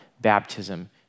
baptism